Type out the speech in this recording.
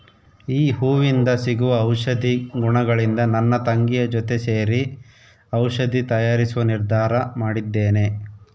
ಈ ಹೂವಿಂದ ಸಿಗುವ ಔಷಧಿ ಗುಣಗಳಿಂದ ನನ್ನ ತಂಗಿಯ ಜೊತೆ ಸೇರಿ ಔಷಧಿ ತಯಾರಿಸುವ ನಿರ್ಧಾರ ಮಾಡಿದ್ದೇನೆ